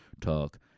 talk